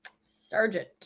Sergeant